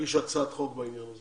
נגיש הצעת חוק בעניין הזה